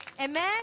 Amen